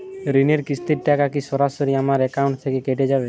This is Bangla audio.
ঋণের কিস্তির টাকা কি সরাসরি আমার অ্যাকাউন্ট থেকে কেটে যাবে?